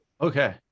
Okay